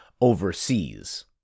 overseas